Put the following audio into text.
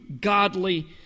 godly